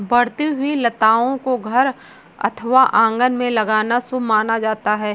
बढ़ती हुई लताओं को घर अथवा आंगन में लगाना शुभ माना जाता है